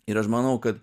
ir aš manau kad